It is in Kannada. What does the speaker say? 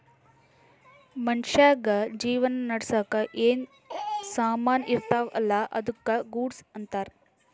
ಮನ್ಶ್ಯಾಗ್ ಜೀವನ ನಡ್ಸಾಕ್ ಏನ್ ಸಾಮಾನ್ ಇರ್ತಾವ ಅಲ್ಲಾ ಅದ್ದುಕ ಗೂಡ್ಸ್ ಅಂತಾರ್